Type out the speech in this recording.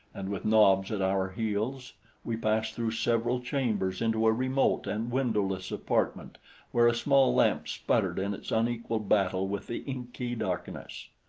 and with nobs at our heels we passed through several chambers into a remote and windowless apartment where a small lamp sputtered in its unequal battle with the inky darkness.